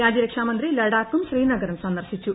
രാജ്യരക്ഷാമന്ത്രി ലഡാക്കും ശ്രീനഗറും സന്ദർശിച്ചും